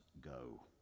go